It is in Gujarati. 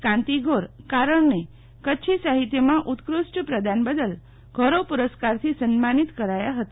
કાંતિ ગોર કારણ ને કરછી સાહિત્યમાં ઉત્કૃષ્ટ પ્રદાન બદલ ગૌરવ પુરસ્કારથી સંન્માનિત કરાયા ફતા